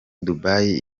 dubai